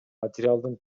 материалдын